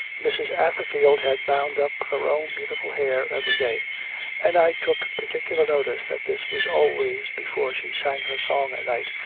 mrs. atherfield had bound up her own beautiful hair every day and i took particular notice that this was always before she sang her song at night,